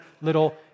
little